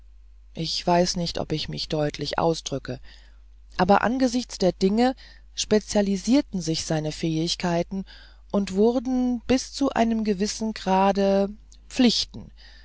ich weiß nicht ob ich mich deutlich ausdrücke aber angesichts der dinge spezialisierten sich seine fähigkeiten und wurden bis zu einem gewissen grade pflichten